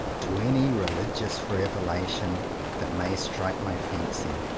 to any religious revelation that may strike my fancy.